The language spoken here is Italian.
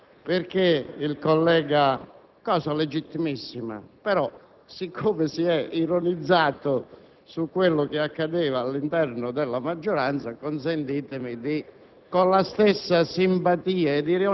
Una volta letta la proposta, il Gruppo Alleanza Nazionale non ha bisogno di presentare subemendamenti e quindi non ha neanche bisogno della sospensione di un quarto d'ora che era stata chiesta.